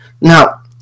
Now